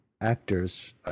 actors